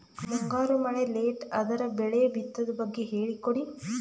ಮುಂಗಾರು ಮಳೆ ಲೇಟ್ ಅದರ ಬೆಳೆ ಬಿತದು ಬಗ್ಗೆ ಹೇಳಿ ಕೊಡಿ?